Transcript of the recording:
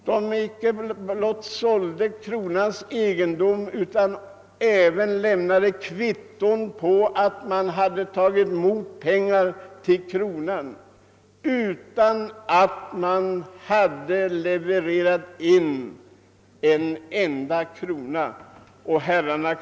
De icke blott sålde kronans egendom utan lämnade även kvitto på att de hade tagit emot pengar till kronan, men de levererade inte in ett enda öre.